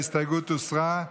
ההסתייגות הוסרה.